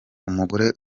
umugore